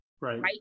Right